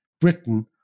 Britain